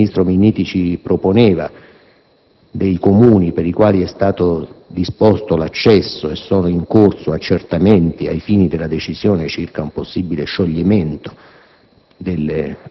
che il vice ministro Minniti ci proponeva, dei Comuni per i quali è stato disposto l'accesso e sono in corso accertamenti ai fini della decisione circa un possibile scioglimento